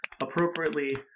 appropriately